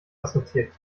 assoziativ